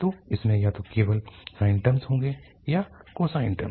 तो इसमें या तो केवल साइन टर्म होंगे या कोसाइन टर्म